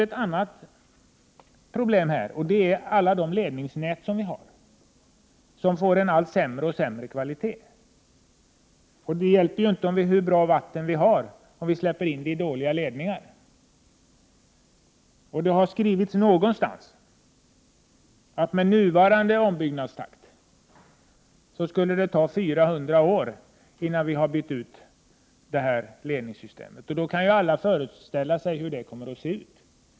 Ett annat problem är alla de ledningsnät som vi har och som får en allt sämre kvalitet. Det hjälper inte hur bra vatten vi har, om vi släpper in det i dåliga ledningar. Det har skrivits någonstans att med nuvarande ombyggnadstakt skulle det ta 400 år innan vi har bytt ut detta ledningssystem. Då kan ju alla föreställa sig hur det kommer att se ut.